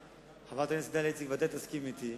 וחברת הכנסת דליה איציק ודאי תסכים אתי,